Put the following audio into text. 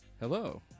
hello